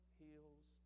heals